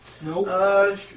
Nope